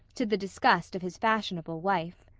to the disgust of his fashionable wife.